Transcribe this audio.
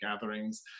gatherings